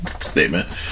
statement